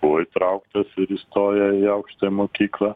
buvo įtrauktas ir įstojo į aukštąją mokyklą